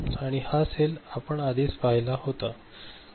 आणि हा सेल आपण आधीच पाहिला होता